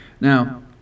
Now